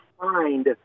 find